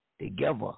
Together